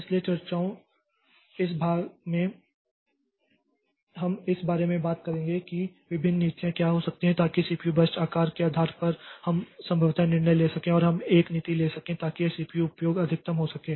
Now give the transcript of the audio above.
इसलिए चर्चाओं के इस भाग में हम इस बारे में बात करेंगे कि विभिन्न नीतियाँ क्या हो सकती हैं ताकि सीपीयू बर्स्ट आकार के आधार पर हम संभवतः निर्णय ले सकें और हम एक नीति ले सकें ताकि यह सीपीयू उपयोग अधिकतम हो सके